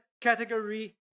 category